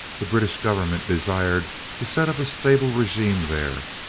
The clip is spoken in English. the british government desired to set up a stable regime there,